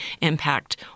impact